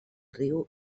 riu